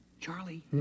Charlie